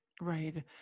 right